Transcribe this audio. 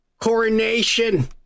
coronation